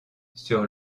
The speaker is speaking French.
sur